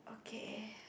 okay